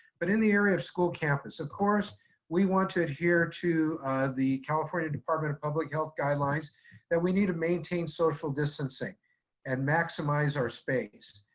but in the area of school campus, of course we want to adhere to the california department of public health guidelines that we need to maintain social distancing and maximize our space.